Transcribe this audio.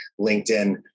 LinkedIn